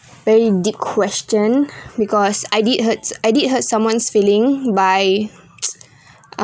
very deep question because I did hurts I did hurts someone's feeling by uh